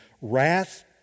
wrath